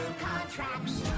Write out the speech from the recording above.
contracts